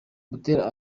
butera